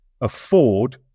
afford